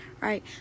Right